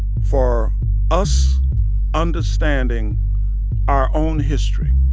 for us understanding our own history